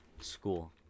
School